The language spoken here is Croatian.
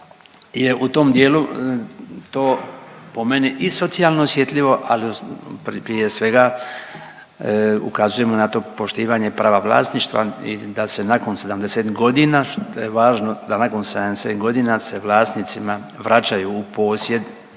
u tom dijelu to po meni i socijalno osjetljivo, ali prije svega ukazujemo na to poštivanje prava vlasništva i da se nakon 70 godina što je važno, da nakon 70 godina se vlasnicima vraćaju u posjed